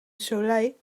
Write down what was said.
soleil